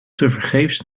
tevergeefs